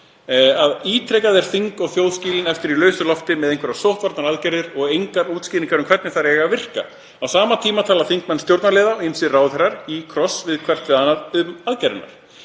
að ítrekað eru þing og þjóð skilin eftir í lausu lofti með einhverjar sóttvarnaaðgerðir og engar útskýringar um hvernig þær eiga að virka. Á sama tíma tala þingmenn, stjórnarliðar og ýmsir ráðherrar í kross hvert við annað um aðgerðirnar.